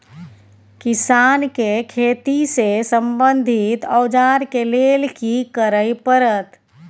किसान के खेती से संबंधित औजार के लेल की करय परत?